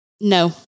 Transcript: No